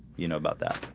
you know about that.